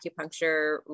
acupuncture